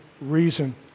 reason